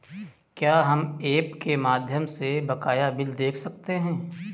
क्या हम ऐप के माध्यम से बकाया बिल देख सकते हैं?